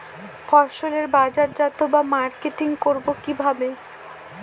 ফসলের বাজারজাত বা মার্কেটিং করব কিভাবে?